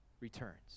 returns